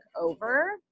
over